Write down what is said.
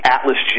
Atlas